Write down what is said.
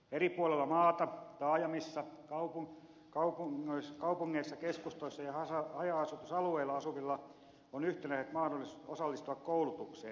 eri puolilla maata taajamissa kaupungeissa keskustoissa ja haja asutusalueilla asuvilla on yhtenevät mahdollisuudet osallistua koulutukseen